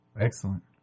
Excellent